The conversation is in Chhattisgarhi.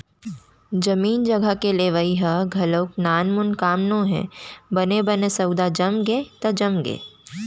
जमीन जघा के लेवई ह घलोक नानमून काम नोहय बने बने सौदा जमगे त जमगे